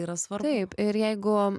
yra svarbu taip ir jeigu